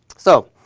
so,